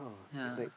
ya